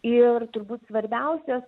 ir turbūt svarbiausias